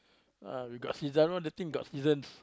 !wah! we got season know the thing got seasons